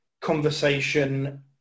conversation